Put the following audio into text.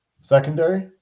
secondary